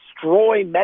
destroy